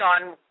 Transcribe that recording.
on